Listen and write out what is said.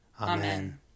Amen